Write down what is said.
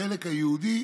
החלק היהודי